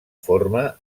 forma